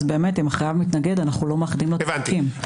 אז אם חייב מתנגד אנחנו לא מאחדים לו את התיקים,